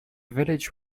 village